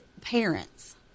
parents